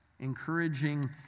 encouraging